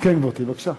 כן, גברתי, בבקשה.